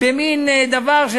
במין דבר,